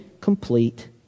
complete